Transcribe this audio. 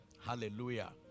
Hallelujah